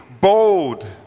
bold